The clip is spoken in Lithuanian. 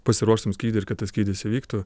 pasiruoštum skrydį ir kad tas skrydis įvyktų